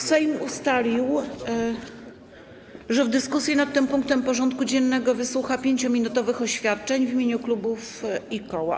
Sejm ustalił, że w dyskusji nad tym punktem porządku dziennego wysłucha 5-minutowych oświadczeń w imieniu klubów i koła.